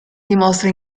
dimostra